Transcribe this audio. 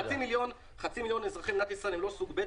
חצי מיליון מאזרחי מדינת ישראל הם לא סוג ב'.